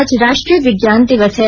आज राष्ट्रीय विज्ञान दिवस है